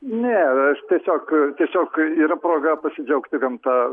ne aš tiesiog tiesiog yra proga pasidžiaugti gamta